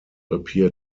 appear